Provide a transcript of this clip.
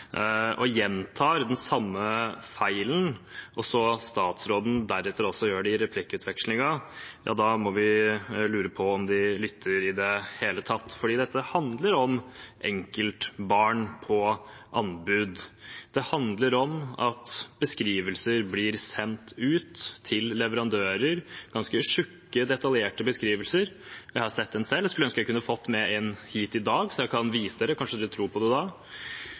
og gjentar den samme feilen, og så gjør statsråden det også i replikkvekslingen etterpå, må man lure på om de lytter i det hele tatt, for dette handler om enkeltbarn på anbud. Dette handler om at beskrivelser blir sendt ut til leverandører – ganske tykke og detaljerte beskrivelser. Jeg har sett en slik selv og skulle ønske jeg kunne fått med meg en hit i dag, slik at jeg kunne vist den fram. Kanskje hadde man trodd på det da.